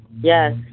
Yes